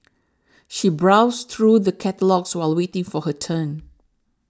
she browsed through the catalogues while waiting for her turn